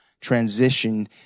transition